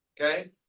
okay